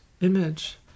image